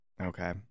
Okay